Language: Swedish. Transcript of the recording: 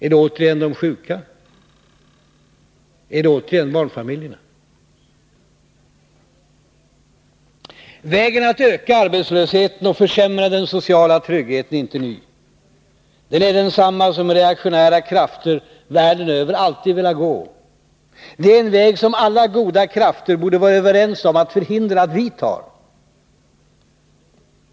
Är det återigen de sjuka? Är det återigen barnfamiljerna? Vägen att öka arbetslösheten och försämra den sociala tryggheten är inte ny. Den är densamma som reaktionära krafter världen över alltid velat gå. Det är en väg som alla goda krafter borde vara överens om att förhindra att vi tar.